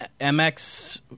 mx